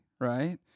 right